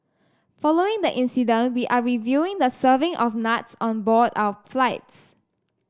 following the incident we are reviewing the serving of nuts on board our flights